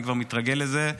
אני כבר מתרגל לזה,